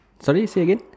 sorry say again